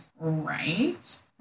right